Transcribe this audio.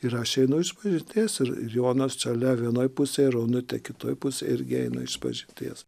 ir aš einu išpažinties ir ir jonas šalia vienoj pusėj ir onutė kitoj pusėj irgi eina išpažinties